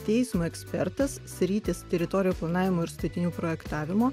teismo ekspertas sritys teritorijų planavimo ir statinių projektavimo